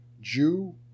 Jew